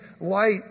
light